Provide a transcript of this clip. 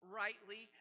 rightly